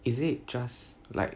is it just like